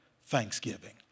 thanksgiving